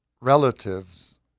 relatives